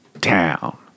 town